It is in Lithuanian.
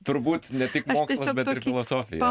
turbūt ne tik mokslas bet ir filosofija